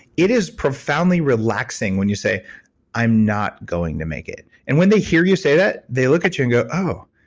it is profoundly relaxing when you say i'm not going to make it. and when they hear you say that, they look at you and go, oh.